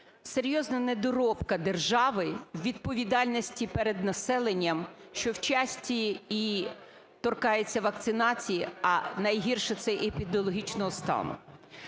серйозна недоробка держави у відповідальності перед населенням, що в часті і торкається вакцинації, а найгірше – це епідеміологічного стану.